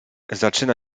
zaczyna